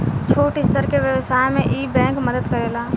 छोट स्तर के व्यवसाय में इ बैंक मदद करेला